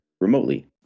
remotely